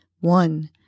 One